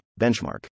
Benchmark